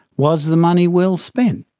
was the money well spent?